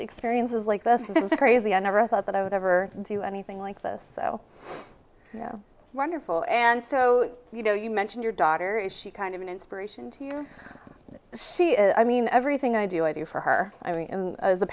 experiences like this crazy i never thought that i would ever do anything like this so wonderful and so you know you mentioned your daughter is she kind of an inspiration to you she is i mean everything i do i do for her i mean a